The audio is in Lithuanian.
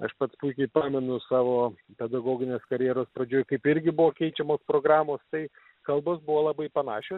aš pats puikiai pamenu savo pedagoginės karjeros pradžioj kaip irgi buvo keičiamos programos tai kalbos buvo labai panašios